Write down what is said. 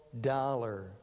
dollar